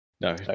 no